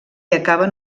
acaben